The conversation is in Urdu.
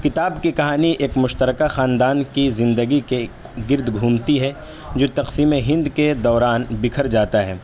کتاب کی کہانی ایک مشترکہ خاندان کی زندگی کے گرد گھومتی ہے جو تقسیم ہند کے دوران بکھر جاتا ہے